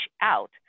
out